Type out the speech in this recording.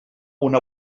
una